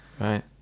right